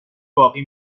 باقی